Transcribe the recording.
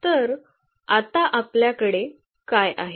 तर आता आपल्याकडे काय आहे